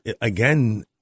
again